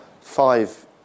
five